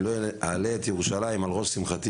אם לא אעלה את ירושלים על ראש שמחתי.